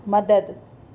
मदद